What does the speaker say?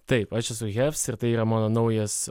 taip aš esu heavs ir tai yra mano naujas